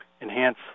enhance